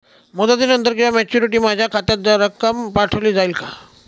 मुदतीनंतर किंवा मॅच्युरिटी माझ्या खात्यात रक्कम पाठवली जाईल का?